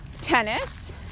tennis